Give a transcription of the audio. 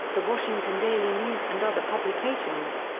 the washington daily news and other publications.